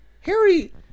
Harry